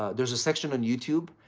there's a section on youtube,